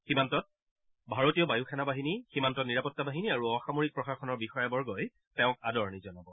সীমান্তত ভাৰতীয় বায়ু সেনা বাহিনী সীমান্ত নিৰাপত্তা বাহিনী আৰু অসামৰিক প্ৰশাসনৰ বিষয়াবগহি তেওঁক আদৰণি জনাব